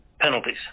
penalties